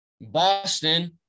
Boston